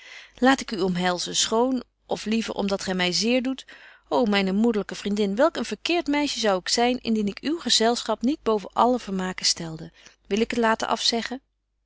laat ik u omhelzen schoon of liever om dat gy my zeer doet ô myne moederlyke vriendin welk een verkeert meisje zou ik zyn indien ik uw gezelschap niet boven alle vermaken stelde wil ik het laten afzeggen